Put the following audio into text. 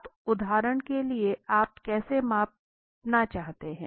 अब उदाहरण के लिए आप कैसे मापना चाहते हैं